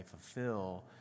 fulfill